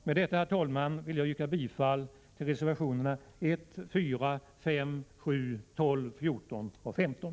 Med det anförda, herr talman, vill jag yrka bifall till reservationerna nr 1, 4, 5, 7, 12, 14 och 15.